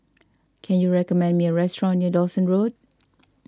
can you recommend me a restaurant near Dawson Road